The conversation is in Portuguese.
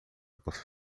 possa